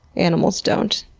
animals don't?